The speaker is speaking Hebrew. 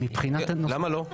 למה לא?